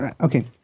okay